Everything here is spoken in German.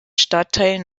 stadtteil